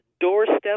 Doorstep